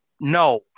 No